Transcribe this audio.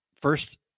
First